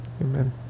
Amen